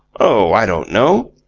oh, i don't know.